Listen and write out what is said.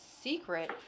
secret